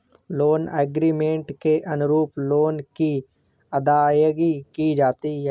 loan agreement के अनुरूप loan की अदायगी की जाती है